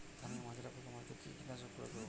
ধানের মাজরা পোকা মারতে কি কীটনাশক প্রয়োগ করব?